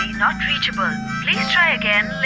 not reachable please try again,